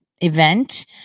event